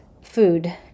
food